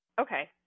Okay